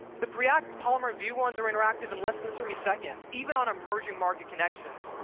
the preact, polymer, vue ones are interactive in less than three seconds, even on emerging market connections.